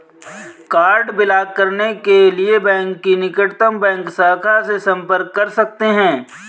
card block करने के लिए बैंक की निकटतम बैंक शाखा से संपर्क कर सकते है